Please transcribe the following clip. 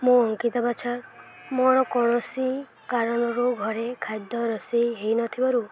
ମୁଁ ଅଙ୍କିତା ବାଛାର ମୋର କୌଣସି କାରଣରୁ ଘରେ ଖାଦ୍ୟ ରୋଷେଇ ହେଇନଥିବାରୁ